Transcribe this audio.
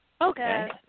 Okay